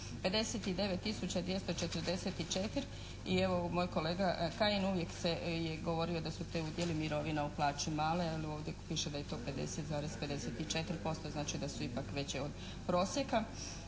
244. I evo moj kolega Kajin uvijek je i govorio da su te udjeli tih mirovina u plaći male ali ovdje piše da je to 50,54% znači da su ipak veće od prosjeka,